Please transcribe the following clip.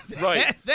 right